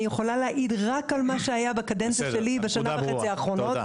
אני יכולה להעיד רק על מה שהיה בקדנציה שלי בשנה וחצי האחרונות.